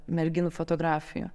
merginų fotografijų